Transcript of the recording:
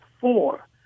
four